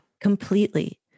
Completely